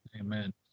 Amen